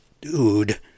dude